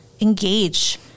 engage